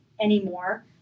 anymore